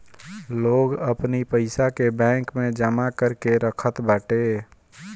लोग अपनी पईसा के बैंक में जमा करके रखत बाटे